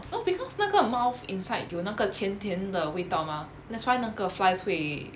no because 那个 mouth inside 有那个甜甜的味道 mah that's why 那个 flies 会